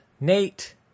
Nate